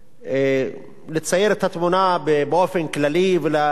לצייר את התמונה באופן כללי ולהצביע על הבעיות.